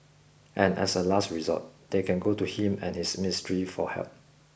and as a last resort they can go to him and his ministry for help